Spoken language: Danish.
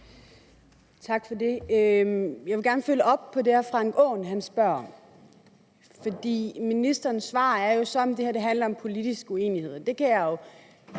Tak for det. Jeg vil gerne følge op på det, hr. Frank Aaen spurgte om. Ministeren svar er jo, at det her handler om politiske uenigheder.